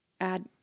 Add